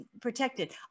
protected